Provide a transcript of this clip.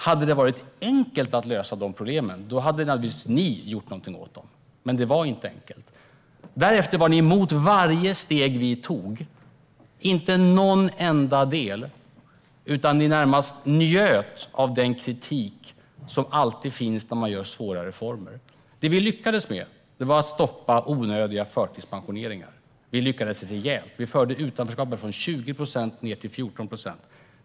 Hade det varit enkelt att lösa de problemen hade naturligtvis ni gjort någonting åt dem. Men det var inte enkelt. Därefter var ni emot varje steg vi tog. Ni närmast njöt av den kritik som alltid finns när man gör svåra reformer. Det vi lyckades med var att stoppa onödiga förtidspensioneringar. Vi lyckades rejält. Vi förde ned utanförskapet från 20 procent till 14 procent.